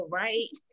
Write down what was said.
right